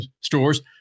stores